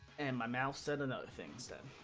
and my mouth seven of things that